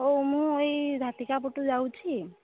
ଓ ମୁଁ ଏଇ ଝାଟିକାପଟୁ ଯାଉଛି